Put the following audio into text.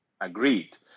Agreed